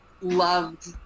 loved